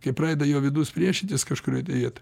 kai pradeda jo vidus priešintis kažkurioj tai vietoj